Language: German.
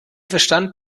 verstand